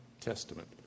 testament